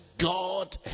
god